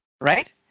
right